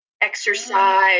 exercise